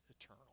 eternal